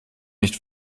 nicht